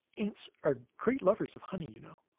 ants are great lovers of honey, you know.